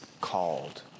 called